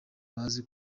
bazi